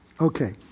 Okay